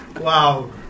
wow